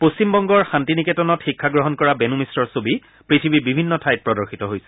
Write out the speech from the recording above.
পশ্চিম বংগৰ শান্তি নিকেতনত শিক্ষা গ্ৰহণ কৰা বেণু মিশ্ৰৰ ছবি পৃথিৱীৰ বিভিন্ন ঠাইত প্ৰদৰ্শিত হৈছে